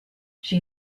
she